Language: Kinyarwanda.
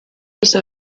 bose